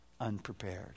unprepared